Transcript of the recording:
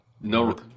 No